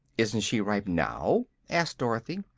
isn't she ripe now? asked dorothy.